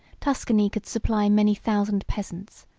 tuscany could supply many thousand peasants,